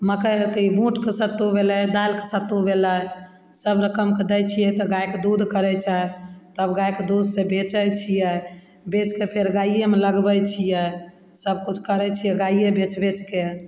मकइ होतै बूटके सत्तू भेलै दालिके सत्तू भेलै सब रकमके दै छिए तऽ गाइके दूध करै छै तब गाइके दूधसे बेचै छिए बेचिके फेर गाइएमे लगबै छिए सबकिछु करै छिए गाइए बेचि बेचिके